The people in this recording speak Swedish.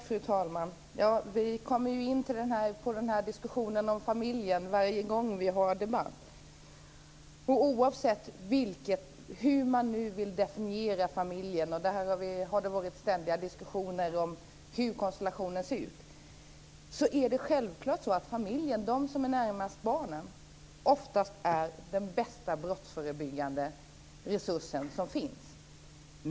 Fru talman! Vi kommer in på diskussionen om familjen varje gång vi har debatt. Oavsett hur man nu vill definiera familjen - det har varit ständiga diskussioner om hur konstellationen ser ut - är självklart medlemmarna i familjen, de som är närmast barnen, oftast de bästa brottsförebyggande resurserna som finns.